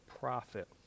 profit